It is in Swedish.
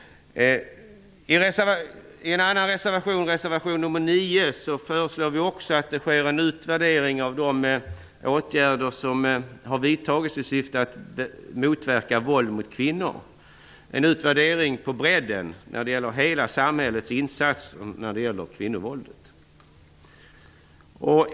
I reservation 9 föreslår vi en utvärdering av de åtgärder som har vidtagits i syfte att motverka våld mot kvinnor, en utvärdering på bredden när det gäller hela samhällets insatser mot kvinnovåldet.